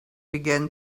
began